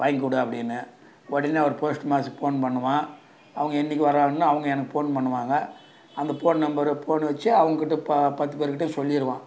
வாங்கிக்கொடு அப்படின்னு உடனே அவர் போஸ்ட் மாஸ்டருக்கு ஃபோன் பண்ணுவேன் அவங்க என்றைக்கு வராங்கன்னு அவங்க எனக்கு ஃபோன் பண்ணுவாங்க அந்த ஃபோன் நம்பரு ஃபோன் அடித்து அவங்கக்கிட்ட பத்துப்பேர்க்கிட்டையும் சொல்லிடுவேன்